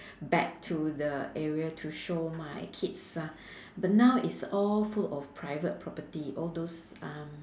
back to the area to show my kids ah but now it's all full of private property all those um